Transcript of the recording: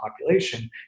population